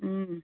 ও